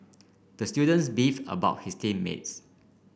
the students beef about his team mates